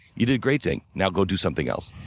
you did a great thing. now go do something else.